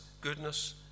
goodness